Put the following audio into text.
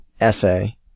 essay